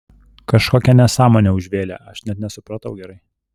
kažkokią nesąmonę užvėlė aš net nesupratau gerai